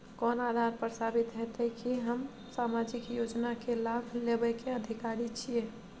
कोन आधार पर साबित हेते की हम सामाजिक योजना के लाभ लेबे के अधिकारी छिये?